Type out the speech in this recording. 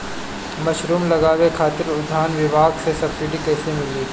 Mushroom लगावे खातिर उद्यान विभाग से सब्सिडी कैसे मिली?